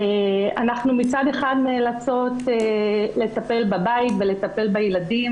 אנחנו מצד אחד נאלצות לטפל בבית ולטפל בילדים